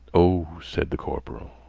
oh, said the corporal.